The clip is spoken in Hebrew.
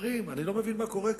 חברים, אני לא מבין מה קורה כאן.